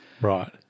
Right